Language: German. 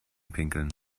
pinkeln